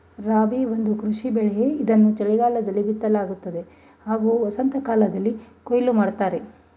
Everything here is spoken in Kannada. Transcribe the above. ರಾಬಿ ಒಂದು ಕೃಷಿ ಬೆಳೆ ಇದನ್ನು ಚಳಿಗಾಲದಲ್ಲಿ ಬಿತ್ತಲಾಗ್ತದೆ ಹಾಗೂ ವಸಂತಕಾಲ್ದಲ್ಲಿ ಕೊಯ್ಲು ಮಾಡ್ತರೆ